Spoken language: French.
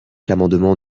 l’amendement